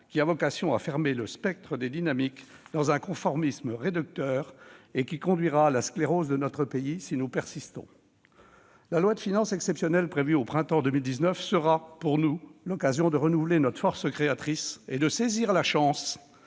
qui a vocation à fermer le spectre des dynamiques dans un conformisme réducteur et qui conduira à la sclérose de notre pays, si nous persistons. Mes chers collègues, la loi de finances exceptionnelle prévue au printemps prochain sera pour nous l'occasion de renouveler notre force créatrice et de saisir la chance